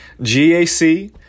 GAC